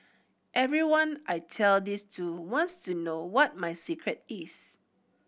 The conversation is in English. everyone I tell this to wants to know what my secret is